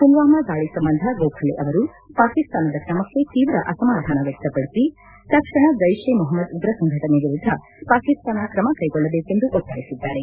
ಪುಲ್ವಾಮ ದಾಳಿ ಸಂಬಂಧ ಗೋಖಲೆ ಅವರು ಪಾಕಿಸ್ತಾನದ ಕ್ರಮಕ್ಕೆ ತೀವ್ರ ಅಸಮಧಾನ ವ್ಯಕ್ತಪಡಿಸಿ ತಕ್ಷಣ ಜ್ನೆಷೆ ಮೊಹಮ್ನದ್ ಉಗ್ರ ಸಂಘಟನೆ ವಿರುದ್ದ ಪಾಕಿಸ್ತಾನ ಕ್ರಮ ಕ್ಲೆಗೊಳ್ಳಬೇಕೆಂದು ಒತ್ತಾಯಿಸಿದ್ದಾರೆ